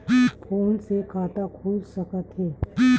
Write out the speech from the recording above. Phone से खाता खुल सकथे?